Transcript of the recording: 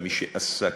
מי שעסק,